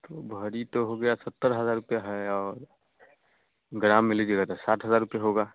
तो भरी तो हो गया सत्तर हज़ार रुपया है और गराम में लीजिएगा तो साठ हज़ार रुपए होगा